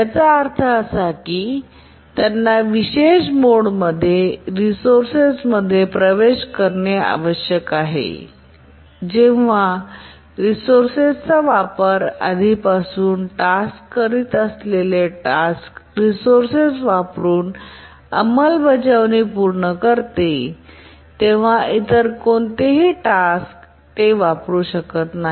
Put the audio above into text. याचा अर्थ असा की त्यांना विशेष मोड मध्ये रिसोर्सेस मध्ये प्रवेश करणे आवश्यक आहे आणि जेव्हा रिसोर्सेस चा वापर आधीपासून टास्क करत असलेले टास्क रिसोर्सेस वापरुन अंमलबजावणी पूर्ण करते तेव्हा इतर कोणतेही टास्क ते वापरू शकत नाही